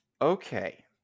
Okay